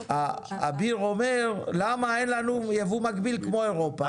אביר אומר 'למה אין לנו יבוא מקביל כמו אירופה',